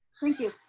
thank you.